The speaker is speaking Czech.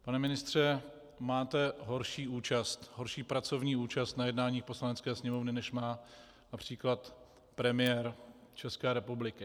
Pane ministře, máte horší pracovní účast na jednání Poslanecké sněmovny, než má například premiér České republiky.